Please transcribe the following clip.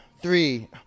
three